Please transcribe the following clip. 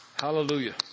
Hallelujah